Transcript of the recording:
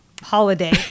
holiday